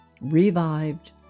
revived